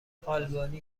آلبانی